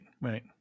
right